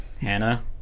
Hannah